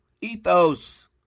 Ethos